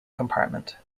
compartment